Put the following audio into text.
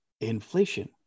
inflation